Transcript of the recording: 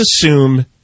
assume